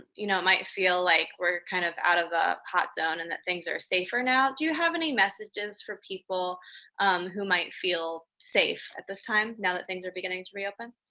you know it might feel like we're kind of out of the hot zone and that things are safer now. do you have any messages for people who might feel safe at this time now that things are beginning to reopen?